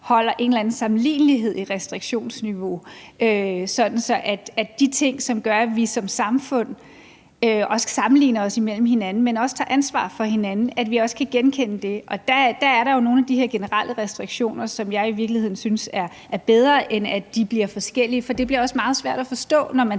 holder en eller anden sammenlignelighed i restriktionsniveauet, sådan at man i de ting, som gør, at vi som samfund sammenligner os med hinanden, men også tager ansvar for hinanden, også kan genkende det. Og der er der jo nogle af de her generelle restriktioner, og jeg synes i virkeligheden, at det er bedre, end at de er forskellige, for det bliver også meget svært at forstå, når man